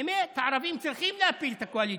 האמת, הערבים צריכים להפיל את הקואליציה.